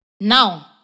Now